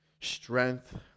strength